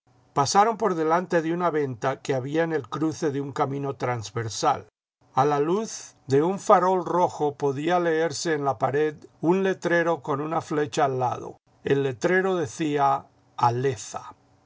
pasaron por delante de una venta que había en el cruce de un camino transversal a la luz de un farol rojo podía leerse en la pared un letrero con una flecha al lado el letrero decía